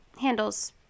handles